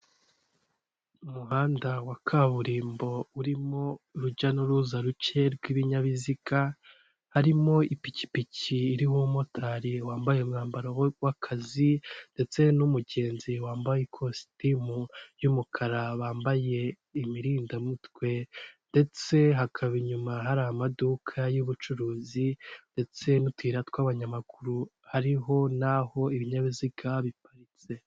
Umuhanda wa kaburimbo urimo urujya n'uruza ruke rw'ibinyabiziga, harimo ipikipiki iriho umumotari wambaye umwambaro w'akazi ndetse n'umugenzi wambaye ikositimu y'umukara bambaye imirindamutwe ndetse hakaba inyuma hari amaduka y'ubucuruzi ndetse n'utuyira tw'abanyamaguru hariho n'aho ibinyabiziga biparitse.